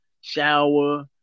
shower